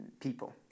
people